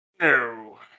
No